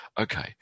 Okay